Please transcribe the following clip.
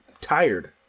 tired